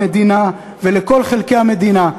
המדינה ולכל חלקי המדינה.